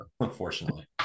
unfortunately